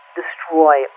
destroy